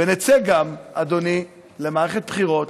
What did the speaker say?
וגם נצא, אדוני, למערכת בחירות